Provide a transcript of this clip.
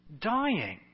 dying